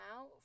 out